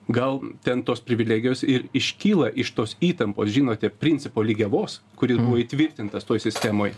gal ten tos privilegijos ir iškyla iš tos įtampos žinote principo lygiavos kuris buvo įtvirtintas toj sistemoj